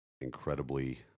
incredibly